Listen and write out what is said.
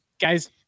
guys